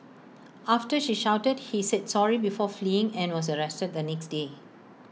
after she shouted he said sorry before fleeing and was arrested the next day